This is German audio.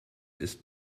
ist